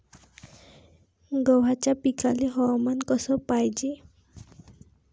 गव्हाच्या पिकाले हवामान कस पायजे?